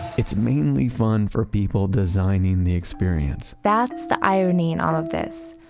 it's mainly fun for people designing the experience that's the irony in all of this.